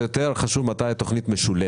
חשוב יותר מתי התוכנית משולמת.